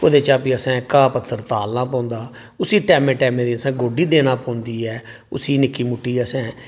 ओह्दे चा फ्ही असें घाऽ पत्तर तालना पौंदा उसी टैमै टैमै दी असें गोड्ढी देना पौंदी ऐ उसी निक्की मुट्टी असें